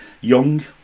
Young